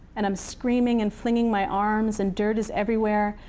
and i'm screaming and flinging my arms, and dirt is everywhere,